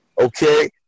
okay